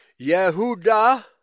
Yehuda